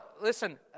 listen